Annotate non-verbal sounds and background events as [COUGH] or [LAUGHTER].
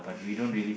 [BREATH]